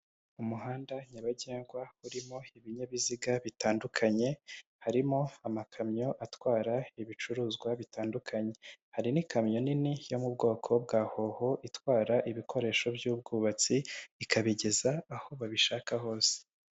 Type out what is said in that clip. Umuhanda nyabagendwa urimo ibinyabiziga bitandukanye, harimo amakamyo atwara ibicuruzwa bitandukanye, hari n'ikamyo nini yo mu bwoko bwa hoho itwara ibikoresho by'ubwubatsi ikabigeza aho babishaka hose.